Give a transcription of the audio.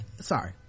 Sorry